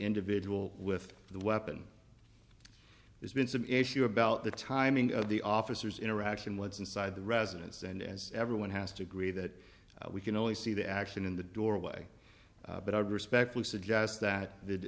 individual with the weapon there's been some issue about the timing of the officers interaction what's inside the residence and as everyone has to agree that we can only see the action in the doorway but i would respectfully suggest that